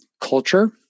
culture